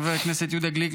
חבר הכנסת לשעבר יהודה גליק,